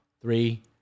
three